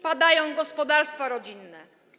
padają gospodarstwa rodzinne.